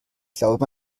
glaube